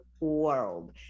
world